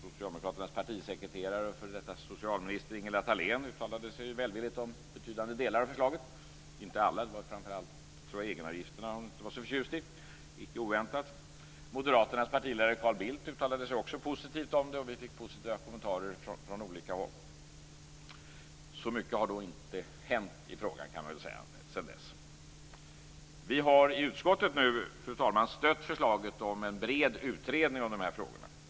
Socialdemokraternas partisekreterare och före detta socialminister Ingela Thalén uttalade sig välvilligt om betydande delar av förslaget. Inte alla, jag tror det framför allt var egenavgifterna hon inte var så förtjust i, icke oväntat. Moderaternas partiledare, Carl Bildt, uttalade sig också positivt om det, och vi fick positiva kommentarer från olika håll. Så mycket har inte hänt i frågan sedan dess, kan jag säga. Vi har i utskottet, fru talman, stött förslaget om en bred utredning av de här frågorna.